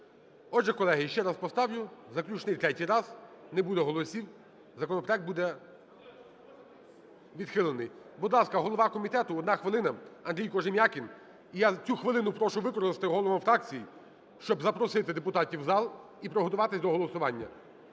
Отже, колеги, ще раз поставлю заключний третій раз. Не буде голосів – законопроект буде відхилений. Будь ласка, голова комітету, 1 хвилина, Андрій Кожем'якін. І я цю хвилину прошу використати головам фракцій, щоб запросити депутатів в зал і приготуватись до голосування.